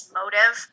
motive